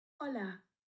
Hola